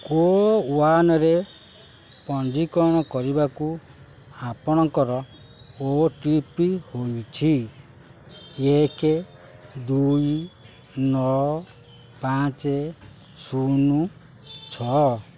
କୋୱିନ୍ରେ ପଞ୍ଜୀକରଣ କରିବାକୁ ଆପଣଙ୍କର ଓ ଟି ପି ହେଉଛି ଏକ ଦୁଇ ନଅ ପାଞ୍ଚ ଶୂନ ଛଅ